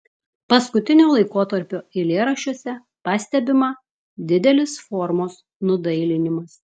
paskutinio laikotarpio eilėraščiuose pastebima didelis formos nudailinimas